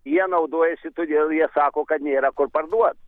jie naudojasi todėl jie sako kad nėra ko parduot